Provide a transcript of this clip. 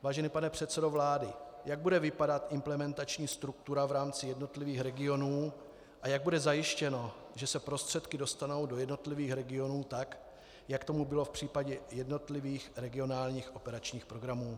Vážený pane předsedo vlády, jak bude vypadat implementační struktura v rámci jednotlivých regionů a jak bude zajištěno, že se prostředky dostanou do jednotlivých regionů tak, jak tomu bylo v případě jednotlivých regionálních operačních programů?